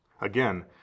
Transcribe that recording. Again